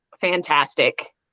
fantastic